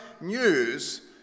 news